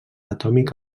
atòmic